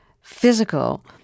physical